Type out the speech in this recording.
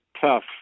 tough